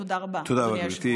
תודה רבה, אדוני היושב-ראש.